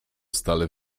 stale